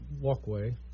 walkway